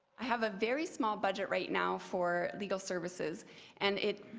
i have a very small budget right now for legal services and it